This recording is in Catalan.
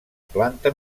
planta